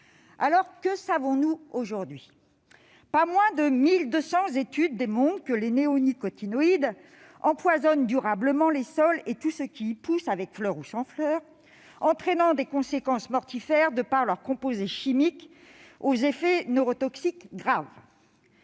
Que savons-nous aujourd'hui ? Pas moins de 1 200 études démontrent que les néonicotinoïdes empoisonnent durablement les sols et tout ce qui y pousse, avec ou sans fleur, entraînant des conséquences mortifères de par leurs composés chimiques aux effets neurotoxiques graves.